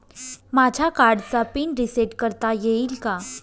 माझ्या कार्डचा pin reset करता येईल का?